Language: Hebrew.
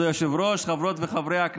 7,